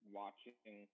watching